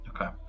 Okay